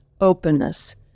openness